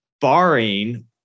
barring